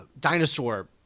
dinosaur